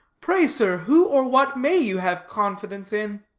pray, sir, who or what may you have confidence in?